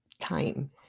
time